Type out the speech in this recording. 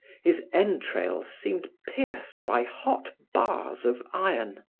his entrails seemed pierced by hot bars of iron.